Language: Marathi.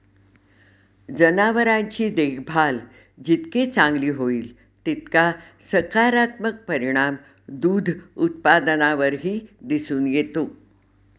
जनावरांची देखभाल जितकी चांगली होईल, तितका सकारात्मक परिणाम दूध उत्पादनावरही दिसून येतो